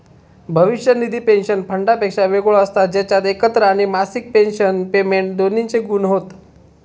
भविष्य निधी पेंशन फंडापेक्षा वेगळो असता जेच्यात एकत्र आणि मासिक पेंशन पेमेंट दोन्हिंचे गुण हत